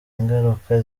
ingaruka